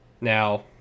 Now